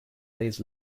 days